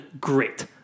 great